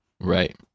Right